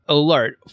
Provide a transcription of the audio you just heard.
alert